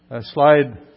slide